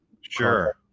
Sure